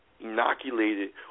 inoculated